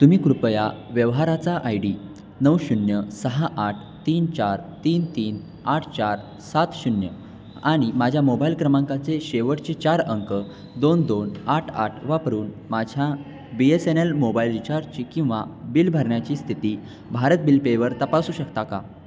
तुम्ही कृपया व्यवहाराचा आय डी नऊ शून्य सहा आठ तीन चार तीन तीन आठ चार सात शून्य आणि माझ्या मोबाईल क्रमांकाचे शेवटचे चार अंक दोन दोन आठ आठ वापरून माझ्या B S N L mobile रिचार्जची किंवा बिल भरण्याची स्थिती भारत बिल पेवर तपासू शकता का